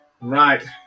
Right